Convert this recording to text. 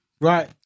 Right